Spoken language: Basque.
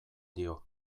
dio